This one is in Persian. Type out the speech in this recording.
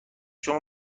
شما